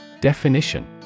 Definition